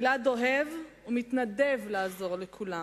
גלעד אוהב ומתנדב לעזור לכולם.